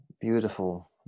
beautiful